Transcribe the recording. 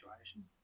situation